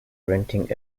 renting